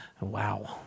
wow